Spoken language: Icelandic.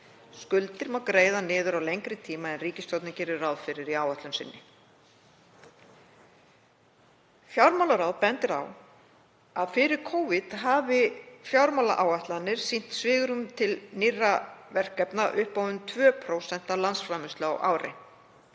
Skuldir má greiða niður á lengri tíma en ríkisstjórnin gerir ráð fyrir í áætlun sinni. Fjármálaráð bendir á að fyrir Covid hafi fjármálaáætlanir sýnt svigrúm til nýrra verkefna upp á um 2% af landsframleiðslu á ári.